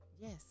Yes